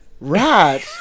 right